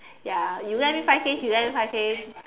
ya you lend me five K she lend me five K